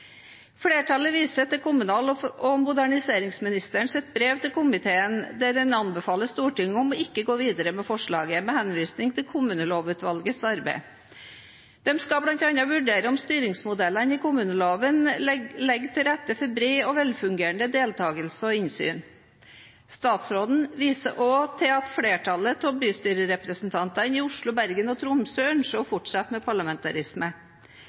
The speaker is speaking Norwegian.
Flertallet viser til kommunal- og moderniseringsministerens brev til komiteen, der han anbefaler Stortinget ikke å gå videre med forslaget, med henvisning til Kommunelovutvalgets arbeid. De skal bl.a. vurdere om styringsmodellene i kommuneloven legger til rette for bred og velfungerende deltakelse og innsyn. Statsråden viser også til at flertallet av bystyrerepresentantene i Oslo, Bergen og Tromsø ønsker å fortsette med parlamentarisme.